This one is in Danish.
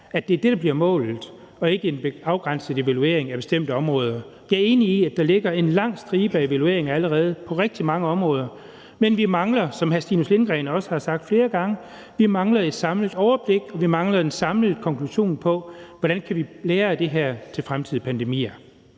beredskabsplan, der bliver målet, og ikke en afgrænset evaluering af bestemte områder. Jeg er enig i, at der ligger en lang stribe af evalueringer på rigtig mange områder allerede, men vi mangler, som hr. Stinus Lindgreen også har sagt flere gange, et samlet overblik, og vi mangler en samlet konklusion på, hvordan vi skal lære af det her til fremtidige pandemier.